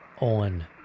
on